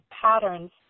patterns